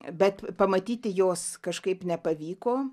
bet pamatyti jos kažkaip nepavyko